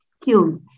skills